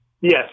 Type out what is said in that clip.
Yes